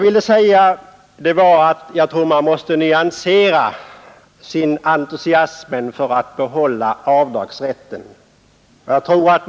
Ett gott råd är därför att nyansera sin entusiasm för ett bibehållande av avdragsrätten i oförändrat skick.